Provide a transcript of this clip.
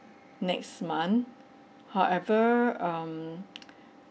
next month however um